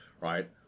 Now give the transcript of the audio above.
right